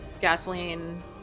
gasoline